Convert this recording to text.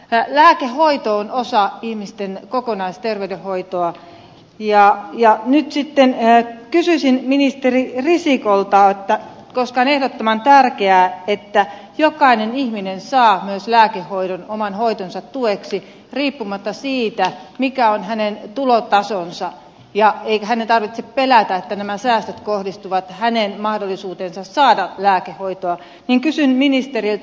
lääkehoito on osa ihmisten kokonaisterveydenhoitoa ja nyt sitten kysyisin ministeri risikolta että koska on ehdottoman tärkeää että jokainen ihminen saa myös lääkehoidon oman hoitonsa tueksi riippumatta siitä mikä on hänen tulotasonsa ja että hänen ei tarvitse pelätä että nämä säästöt kohdistuvat hänen mahdollisuuteensa saada lääkehoitoa niin kysyn ministeriltä